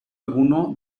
alguno